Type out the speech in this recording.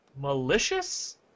malicious